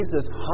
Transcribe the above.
Jesus